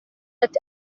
ati